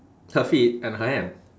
her feet and her hand